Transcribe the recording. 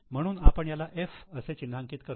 म्हणून आपण याला 'F' असे चिन्हांकित करू